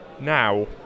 now